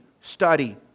study